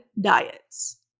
diets